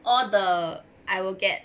all the I will get